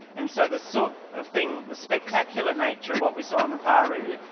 and so the sort of thing, the spectacular nature of what we saw on the paroo,